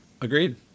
agreed